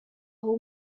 aho